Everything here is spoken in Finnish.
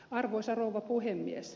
arvoisa rouva puhemies